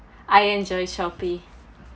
I enjoy Shopee